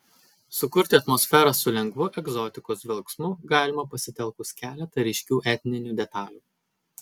sukurti atmosferą su lengvu egzotikos dvelksmu galima pasitelkus keletą ryškių etninių detalių